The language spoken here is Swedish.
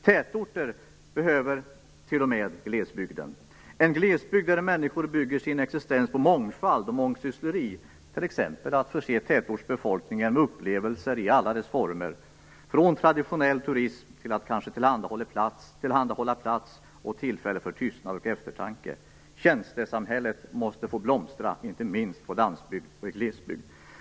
Tätorten behöver t.o.m. glesbygden - en glesbygd där människor bygger sin existens på mångfald och mångsyssleri, genom att t.ex. förse tätortsbefolkningen med upplevelser i alla dess former, från traditionell turism till att man kanske tillhandahåller plats och tillfälle för tystnad. Tjänstesamhället måste få blomstra, inte minst på landsbygden och i glesbygd.